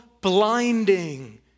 blinding